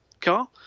car